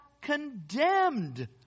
condemned